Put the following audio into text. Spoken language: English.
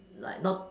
like no~